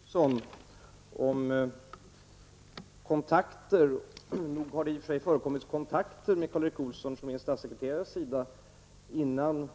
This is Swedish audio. Herr talman! Först några ord till Karl Erik Olsson om kontakter. Nog har det i och för sig förekommit kontakter med Karl Erik Olsson från min statssekreterare innan